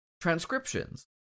Transcriptions